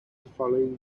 following